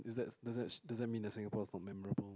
is that does that does that mean that Singapore is not memorable